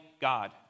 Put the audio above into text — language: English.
God